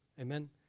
Amen